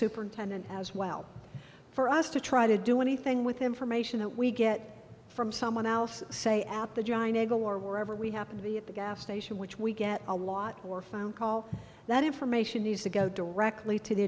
superintendent as well for us to try to do anything with information that we get from someone else say out the go or wherever we happen to be at the gas station which we get a lot or phone call that information needs to go directly to the